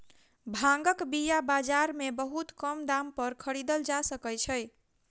भांगक बीया बाजार में बहुत कम दाम पर खरीदल जा सकै छै